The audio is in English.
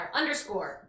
underscore